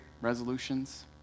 resolutions